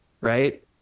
Right